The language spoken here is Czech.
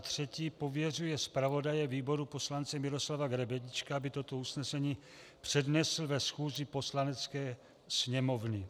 III. pověřuje zpravodaje výboru poslance Miroslava Grebeníčka, aby toto usnesení přednesl ve schůzi Poslanecké sněmovny.